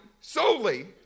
solely